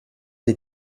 des